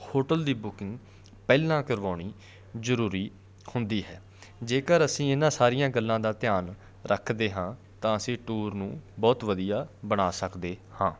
hotel ਦੀ booking ਪਹਿਲਾਂ ਕਰਵਾਉਣੀ ਜ਼ਰੂਰੀ ਹੁੰਦੀ ਹੈ ਜੇਕਰ ਅਸੀਂ ਇਹਨਾਂ ਸਾਰੀਆਂ ਗੱਲਾਂ ਦਾ ਧਿਆਨ ਰੱਖਦੇ ਹਾਂ ਤਾਂ ਅਸੀਂ ਟੂਰ ਨੂੰ ਬਹੁਤ ਵਧੀਆ ਬਣਾ ਸਕਦੇ ਹਾਂ